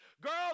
Girls